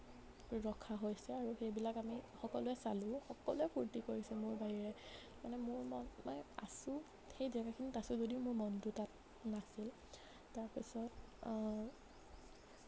ৰখা হৈছে আৰু সেইবিলাক আমি সকলোৱে চালোঁ সকলোৱে ফুৰ্তি কৰিছে মোৰ বাহিৰে মানে মোৰ মন মানে আছোঁ সেই জাগাখিনিত আছোঁ যদিও মোৰ মনটো তাত নাছিল তাৰ পিছত